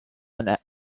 and